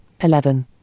eleven